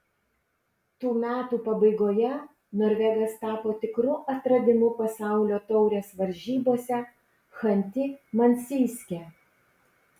tų metų pabaigoje norvegas tapo tikru atradimu pasaulio taurės varžybose chanty mansijske